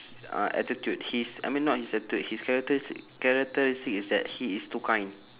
uh attitude his I mean not his attitude his characteris~ characteristic is that he is too kind